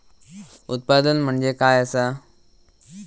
उत्पादन म्हणजे काय असा?